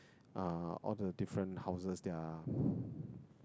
uh all the different houses their